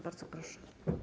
Bardzo proszę.